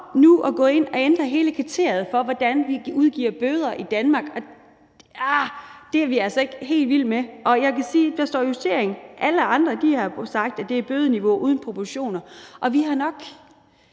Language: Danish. man står nu og ændrer hele kriteriet for, hvordan vi giver bøder i Danmark, og det er vi altså ikke helt vilde med. Og jeg vil sige, at der står »justering«, men alle andre har sagt, at det er et bødeniveau ude af proportioner. Og vi vil nok